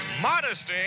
Modesty